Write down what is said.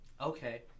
Okay